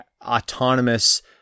autonomous